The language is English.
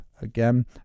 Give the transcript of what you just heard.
again